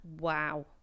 wow